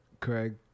Craig